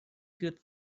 good